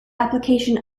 application